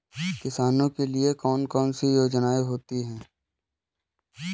किसानों के लिए कौन कौन सी योजनायें होती हैं?